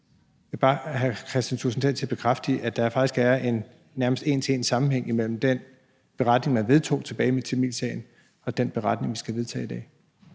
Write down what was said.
Jeg vil bare have hr. Kristian Thulesen Dahl til at bekræfte, at der faktisk er en nærmest en til en-sammenhæng imellem den beretning, man vedtog tilbage i tamilsagen, og den beretning, vi skal vedtage i dag.